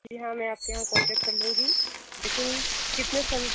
जी हाँ मैं आपके यहाँ कॉन्टेक्ट कर लूँगी लेकिन कितने सम